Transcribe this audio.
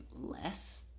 less